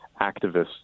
activists